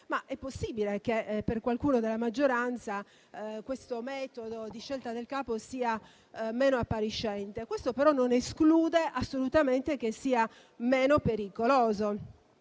È possibile che per qualcuno della maggioranza questo metodo di scelta del capo sia meno appariscente. Questo però non esclude assolutamente che sia meno pericoloso